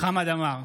חמד עמאר,